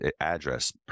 address